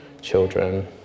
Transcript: children